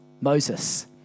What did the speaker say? Moses